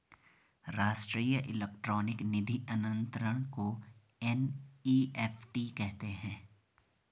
राष्ट्रीय इलेक्ट्रॉनिक निधि अनंतरण को एन.ई.एफ.टी कहते हैं